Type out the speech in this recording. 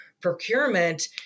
procurement